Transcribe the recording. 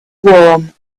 warm